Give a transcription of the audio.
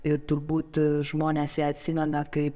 ir turbūt žmonės ją atsimena kaip